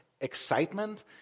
excitement